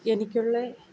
എനിക്കുള്ള